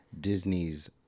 Disney's